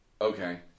Okay